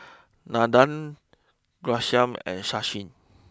Nandan Ghanshyam and Sachin